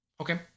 Okay